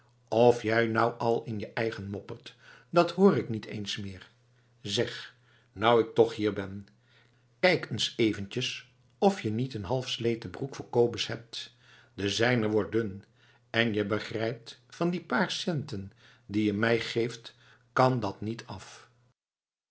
of jij nou al in je eigen moppert dat hoor ik niet eens meer zeg nou ik toch hier ben kijk eens eventjes of je niet een halfsleten broek voor kobus hebt de zijne wordt dun en je begrijpt van die paar centen die je mij geeft kan dat niet af